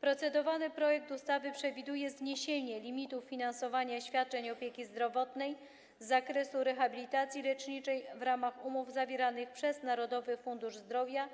Procedowany projekt ustawy przewiduje zniesienie limitu finansowania świadczeń opieki zdrowotnej z zakresu rehabilitacji leczniczej w ramach umów zawieranych przez Narodowy Fundusz Zdrowia